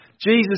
Jesus